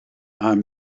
i’m